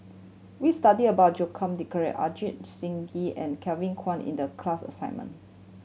we studied about Joaquim Ajit Singh Gill and Kevin Kwan In the class assignment